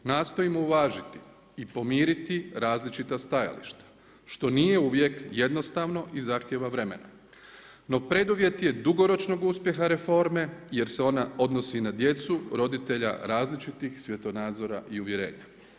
Nastojimo uvažiti i pomiriti različita stajališta što nije uvijek jednostavno i zahtijeva vremena no preduvjet je dugoročnog uspjeha reforme jer se ona odnosi na djecu roditelja različitih svjetonazora i uvjerenja.